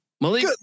Malik